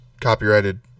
copyrighted